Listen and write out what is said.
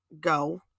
go